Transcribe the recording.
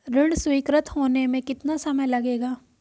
ऋण स्वीकृत होने में कितना समय लगेगा?